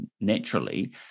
naturally